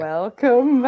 Welcome